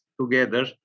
together